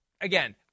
again